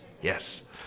Yes